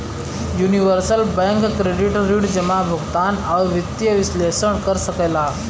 universal bank credit ऋण जमा, भुगतान, आउर वित्तीय विश्लेषण कर सकला